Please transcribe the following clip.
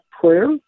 prayer